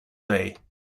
day